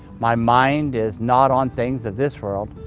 my mind is not on things of this world.